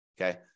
Okay